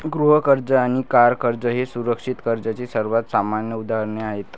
गृह कर्ज आणि कार कर्ज ही सुरक्षित कर्जाची सर्वात सामान्य उदाहरणे आहेत